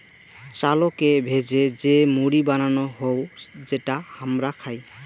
চালকে ভেজে যে মুড়ি বানানো হউ যেটা হামরা খাই